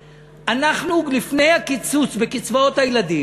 אנחנו, לפני הקיצוץ בקצבאות הילדים,